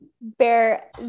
Bear